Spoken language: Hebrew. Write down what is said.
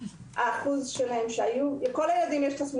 יש להם התקפי